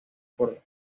por